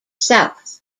south